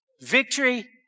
victory